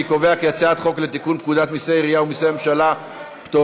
אני קובע כי הצעת החוק לתיקון פקודת מסי העירייה ומסי הממשלה (פטורין),